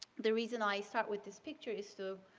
the reason i start with this picture is to